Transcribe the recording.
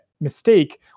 mistake